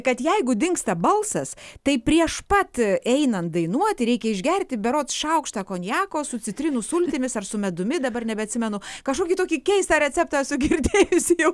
kad jeigu dingsta balsas tai prieš pat einant dainuoti reikia išgerti berods šaukštą konjako su citrinų sultimis ar su medumi dabar nebeatsimenu kažkokį tokį keistą receptą esu girdėjusi jau